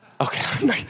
Okay